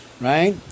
right